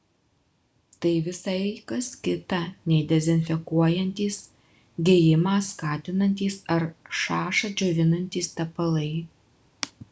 tai visai kas kita nei dezinfekuojantys gijimą skatinantys ar šašą džiovinantys tepalai